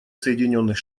соединенных